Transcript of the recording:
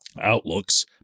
Outlooks